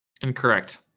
incorrect